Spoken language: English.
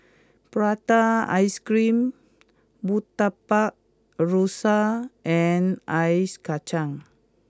Prata Ice Cream Murtabak Rusa and Ice Kacang